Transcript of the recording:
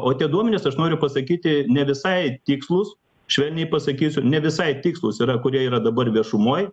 o tie duomenys aš noriu pasakyti ne visai tikslūs švelniai pasakysiu ne visai tikslūs yra kurie yra dabar viešumoj